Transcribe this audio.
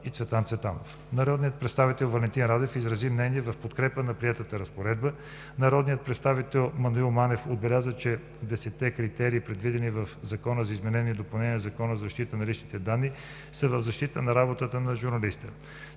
и Цветан Цветанов. Народният представител Валентин Радев изрази мнение в подкрепа на приетата разпоредба. Народният представител Маноил Манев отбеляза, че 10-те критерия, предвидени в Закона за изменение и допълнение на Закона за защита на личните данни, са в защита на работата на журналиста.